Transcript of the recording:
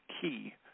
key